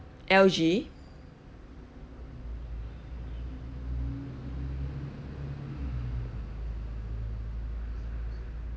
l g